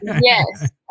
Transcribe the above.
Yes